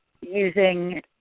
using